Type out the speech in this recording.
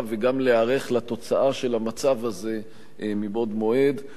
וגם להיערך לתוצאה של המצב הזה מבעוד מועד.